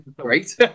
great